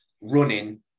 running